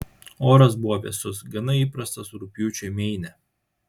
oras buvo vėsus gana įprastas rugpjūčiui meine